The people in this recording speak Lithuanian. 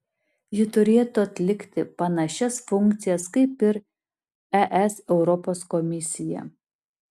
ji turėtų atlikti panašias funkcijas kaip ir es europos komisija